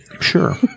Sure